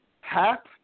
Hap